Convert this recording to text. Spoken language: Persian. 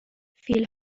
فیل